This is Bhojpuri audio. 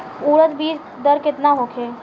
उरद बीज दर केतना होखे?